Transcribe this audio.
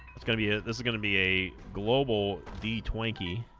it's gonna be this is gonna be a global d twinkie